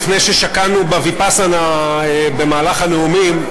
לפני ששקענו בוויפאסנה במהלך הנאומים,